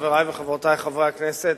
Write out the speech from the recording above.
חברי וחברותי חברי הכנסת,